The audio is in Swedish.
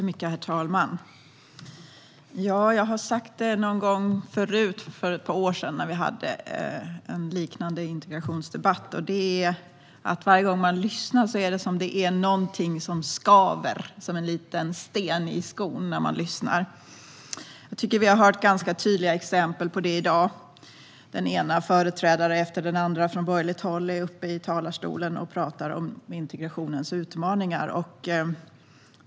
Herr talman! Jag har sagt det förut, i en liknande integrationsdebatt för ett par år sedan: Varje gång man lyssnar är det något som skaver som en liten sten i skon. Vi har hört ganska tydliga exempel på detta i dag. Den ena företrädaren efter den andra från borgerligt håll är uppe i talarstolen och talar om integrationens utmaningar.